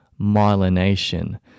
myelination